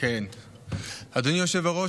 אדוני היושב-ראש,